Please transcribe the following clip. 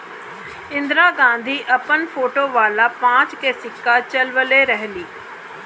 इंदिरा गांधी अपन फोटो वाला पांच के सिक्का चलवले रहली